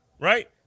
right